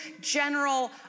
general